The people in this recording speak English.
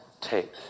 take